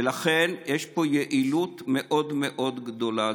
ולכן, יש פה יעילות מאוד מאוד גדולה.